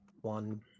one